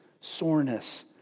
soreness